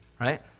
Right